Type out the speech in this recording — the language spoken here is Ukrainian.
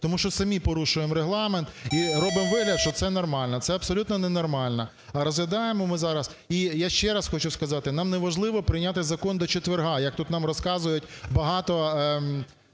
тому що самі порушуємо Регламент і робимо вигляд, що це нормально, це абсолютно ненормально розглядаємо ми зараз. І я ще раз хочу сказати, нам неважливо прийняти закон до четверга, як тут нам розказують багато